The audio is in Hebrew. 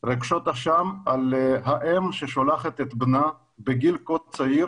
רגשות אשם על האם ששולחת את בנה בגיל כה צעיר